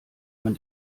man